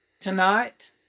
tonight